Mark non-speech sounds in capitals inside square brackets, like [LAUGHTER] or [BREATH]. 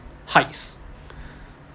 heights [BREATH]